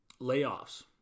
layoffs